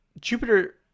Jupiter